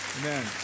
amen